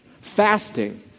fasting